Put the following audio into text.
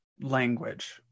language